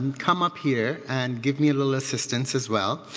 come up here and give me a little assistance as well.